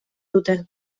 dute